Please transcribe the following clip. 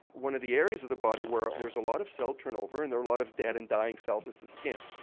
one of the areas of the body where there's a lot of cell turnover and there are a lot of dead and dying cells is the skin.